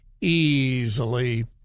easily